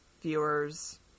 viewers